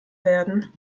werden